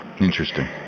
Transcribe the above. interesting